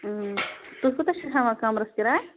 تُہۍ کوٗتاہ چھِو ہٮ۪وان کَمرَس کِراے